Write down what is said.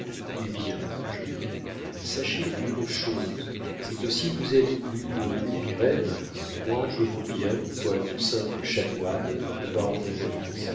eh bien jeune homme sachez une chose c'est que si vous êtes plus beau que biron moi je vaux bien quoique simple chanoine le baron de goërtz